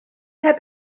heb